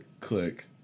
click